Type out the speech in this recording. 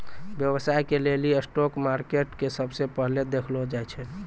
व्यवसाय के लेली स्टाक मार्केट के सबसे पहिलै देखलो जाय छै